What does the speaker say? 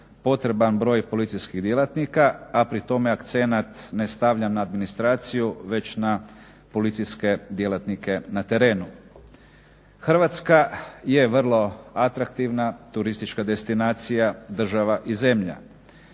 potreban broj policijskih djelatnika, a pri tome akcenat ne stavljam na administraciju već na policijske djelatnike na terenu. Hrvatska je vrlo atraktivna turistička destinacija, država i zemlja.